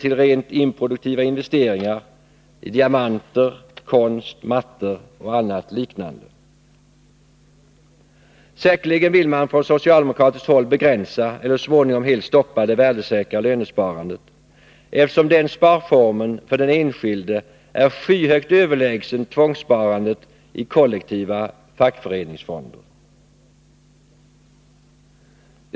till rent Säkerligen vill man från socialdemokratiskt håll begränsa eller så 16 december 1982 småningom helt stoppa det värdesäkra lönsparandet, eftersom den sparformen för den enskilde är skyhögt överlägsen tvångssparandet i kollektiva fackföreningsfonder.